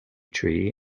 tree